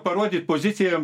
parodyt poziciją